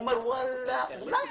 הוא אומר: אולי אנסה?